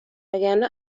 وگرنه